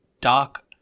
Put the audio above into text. dark